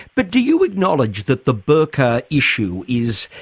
but do you acknowledge that the burqa issue is,